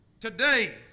Today